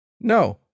No